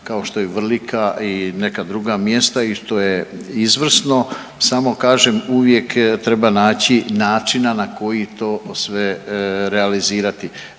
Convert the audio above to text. kao što je Vrlika i neka druga mjesta i to je izvrsno, samo kažem uvijek treba naći način na koji to sve realizirati.